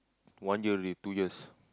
one year already two years